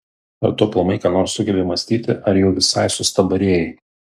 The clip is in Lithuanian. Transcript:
ar tu aplamai ką nors sugebi mąstyti ar jau visai sustabarėjai